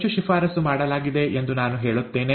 ಹೆಚ್ಚು ಶಿಫಾರಸು ಮಾಡಲಾಗಿದೆ ಎಂದು ನಾನು ಹೇಳುತ್ತೇನೆ